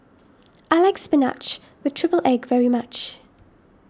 I like Spinach with Triple Egg very much